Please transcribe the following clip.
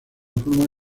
forma